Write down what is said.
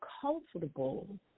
comfortable